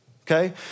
okay